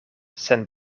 sen